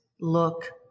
look